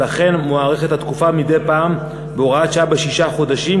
ולכן מוארכת התקופה מדי פעם בהוראת שעה בשישה חודשים,